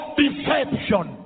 deception